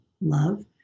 love